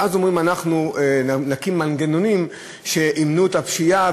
ואז אומרים: אנחנו נקים מנגנונים שימנעו את הפשיעה,